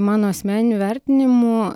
mano asmeniniu vertinimu